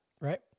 right